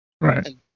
Right